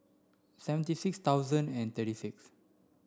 seventy six thousand and thirty six